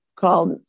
called